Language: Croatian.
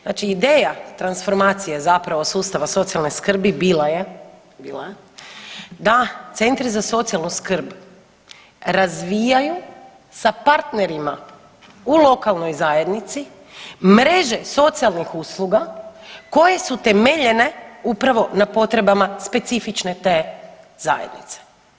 Znači ideja transformacije zapravo sustava socijalne skrbi bila je, bila je da centri za socijalnu skrb razvijaju sa partnerima u lokalnoj zajednici mreže socijalnih usluga koje su temeljene upravo na potrebama specifične te zajednice.